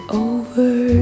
over